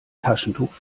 taschentuch